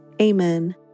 Amen